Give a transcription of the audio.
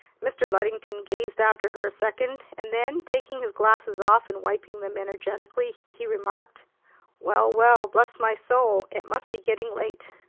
mr. luddington gazed after her a second and then, taking his glasses off and wiping them energetically, he remarked well, well, bless my soul! it must be getting late!